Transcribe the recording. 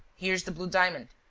here is the blue diamond.